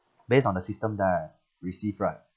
based on the system that I receive right